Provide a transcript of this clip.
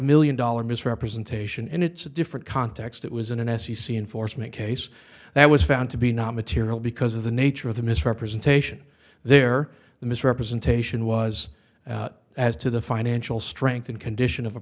million dollars misrepresentation and it's a different context it was an se c enforcement case that was found to be not material because of the nature of the misrepresentation there the misrepresentation was as to the financial strength and condition of a